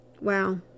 Wow